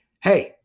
hey